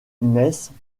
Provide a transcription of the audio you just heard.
naissent